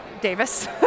Davis